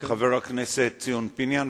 חבר הכנסת ציון פיניאן,